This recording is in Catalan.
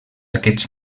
aquests